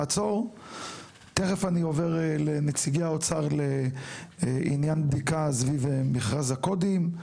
תיכף אני עובר לנציגי האוצר לעניין בדיקה סביב מכרז הקודים,